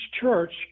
church